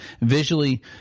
visually